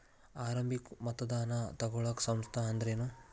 ಆರಂಭಿಕ್ ಮತದಾನಾ ತಗೋಳೋ ಸಂಸ್ಥಾ ಅಂದ್ರೇನು?